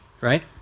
right